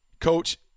coach